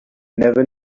never